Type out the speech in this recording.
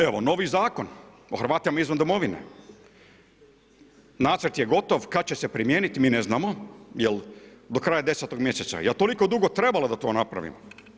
Evo, novi Zakon o Hrvatima izvan domovine, nacrt je gotov, kad će se primijeniti mi ne znamo jer do kraja 10.-og mjeseca, jel' toliko dugo trebalo da to napravimo?